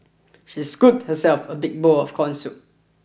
she scooped herself a big bowl of corn soup